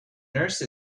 nurse